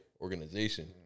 organization